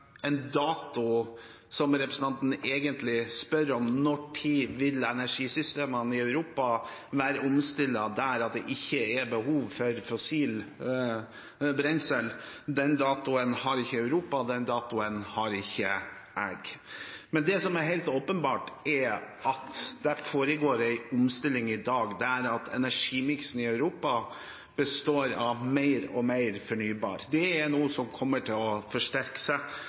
det ikke er behov for fossilt brensel – den datoen har ikke Europa, den datoen har ikke jeg. Men det som er helt åpenbart, er at det foregår en omstilling i dag, der energimiksen i Europa består av mer og mer fornybar. Det er noe som kommer til å forsterke seg.